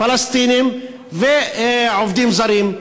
פלסטינים ועובדים זרים.